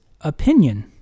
opinion